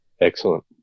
Excellent